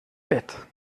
pet